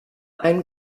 ein